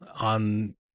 on